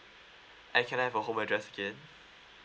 and can I have your home address again